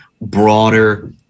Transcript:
broader